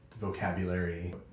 vocabulary